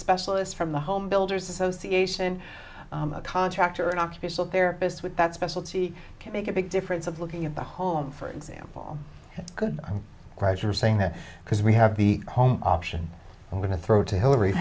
specialists from the home builders association a contractor an occupational therapist with that specialty can make a big difference of looking at the home for example good question or saying that because we have the option of going to throw to hillary